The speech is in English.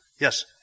Yes